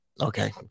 Okay